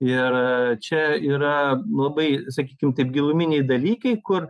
ir čia yra labai sakykim taip giluminiai dalykai kur